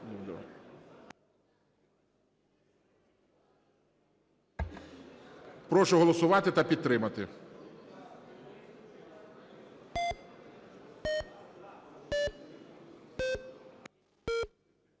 Прошу голосувати та підтримати.